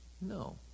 No